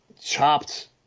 chopped